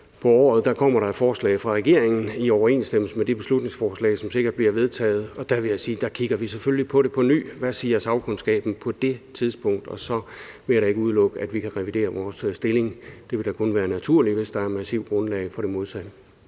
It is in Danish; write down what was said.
på året kommer der et forslag fra regeringen i overensstemmelse med det beslutningsforslag, som sikkert bliver vedtaget, og der vil jeg sige, at der kigger vi selvfølgelig på det på ny: Hvad siger sagkundskaben på det tidspunkt? Og så vil jeg da ikke udelukke, at vi kan revidere vores stilling. Det vil da kun være naturligt, hvis der er et massivt grundlag for det modsatte.